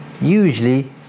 usually